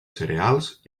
cereals